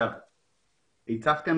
הצבתם